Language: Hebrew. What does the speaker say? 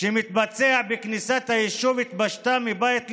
שמתבצע בכניסת היישוב התפשטה מבית לבית,